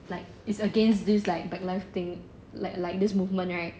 like it's against this like black life thing like this movement right